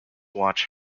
watch